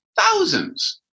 Thousands